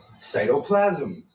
Cytoplasm